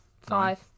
five